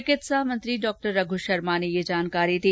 चिकित्सा मंत्री डॉ रघ् शर्मा ने जानकारी दी